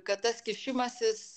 kad tas kišimasis